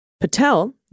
Patel